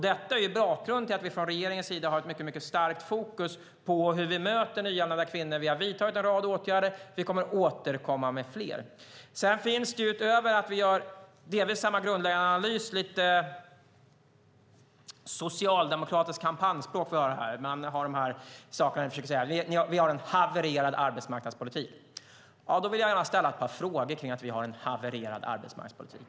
Detta är bakgrunden till att vi från regeringen har mycket starkt fokus på hur vi möter nyanlända kvinnor. Vi har vidtagit en rad åtgärder, och vi kommer att återkomma med fler. Utöver att vi delvis gör samma grundläggande analys får vi höra lite socialdemokratiskt kampanjspråk här. Ni säger att vi har en havererad arbetsmarknadspolitik. Jag vill gärna ställa ett par frågor om detta.